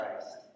Christ